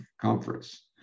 conference